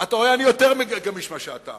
אתה רואה, אני יותר גמיש ממה שאתה.